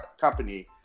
company